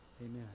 amen